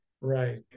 right